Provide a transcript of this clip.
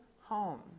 home